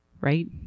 right